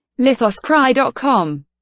Lithoscry.com